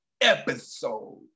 episode